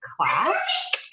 class